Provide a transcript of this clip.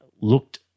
looked